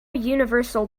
universal